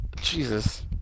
Jesus